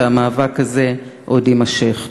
והמאבק הזה עוד יימשך.